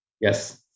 Yes